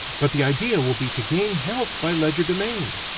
but the idea will be to gain health by legerdemain,